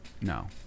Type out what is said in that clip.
No